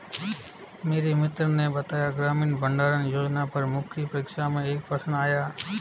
मेरे मित्र ने बताया ग्रामीण भंडारण योजना पर मुख्य परीक्षा में एक प्रश्न आया